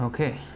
Okay